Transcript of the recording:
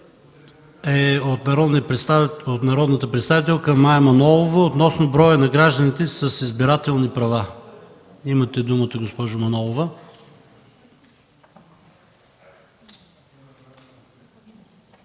е от народния представител Мая Манолова – относно броя на гражданите с избирателни права. Имате думата, госпожо Манолова.